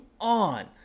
on